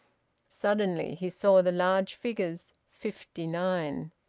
suddenly he saw the large figures fifty nine.